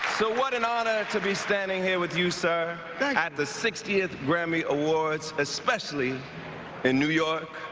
so what an honor to be standing here with you, sir, at the sixtieth grammy awards especially in new york,